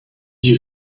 you